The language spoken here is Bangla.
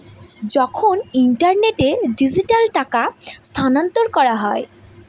যখন ইন্টারনেটে ডিজিটালি টাকা স্থানান্তর করা হয়